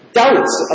doubts